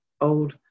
old